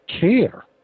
care